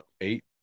eight